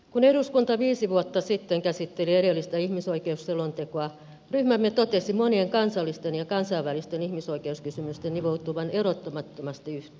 kun eduskunta viisi vuotta sitten käsitteli edellistä ihmisoikeusselontekoa ryhmämme totesi monien kansallisten ja kansainvälisten ihmisoikeuskysymysten nivoutuvan erottamattomasti yhteen